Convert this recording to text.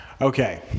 Okay